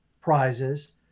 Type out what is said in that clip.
prizes